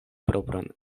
propran